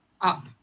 up